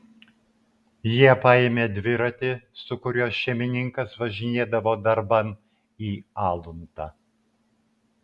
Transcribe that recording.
jie paėmė dviratį su kuriuo šeimininkas važinėdavo darban į aluntą